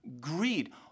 greed